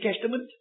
Testament